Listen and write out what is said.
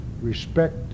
respect